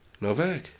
Novak